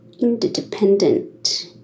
independent